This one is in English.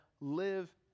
live